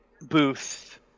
booth